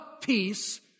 peace